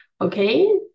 Okay